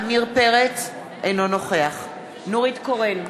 אינו נוכח נורית קורן,